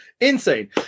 Insane